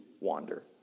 wander